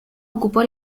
ocupó